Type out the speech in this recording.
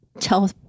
tell